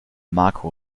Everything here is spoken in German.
marco